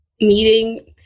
meeting